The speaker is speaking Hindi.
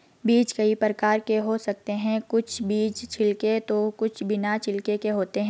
बीज कई प्रकार के हो सकते हैं कुछ बीज छिलके तो कुछ बिना छिलके के होते हैं